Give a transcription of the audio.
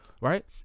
Right